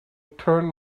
turn